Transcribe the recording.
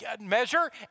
measure